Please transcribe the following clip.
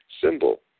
symbol